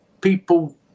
people